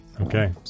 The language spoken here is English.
Okay